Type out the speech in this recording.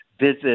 visit